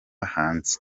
hanze